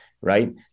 right